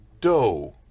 dough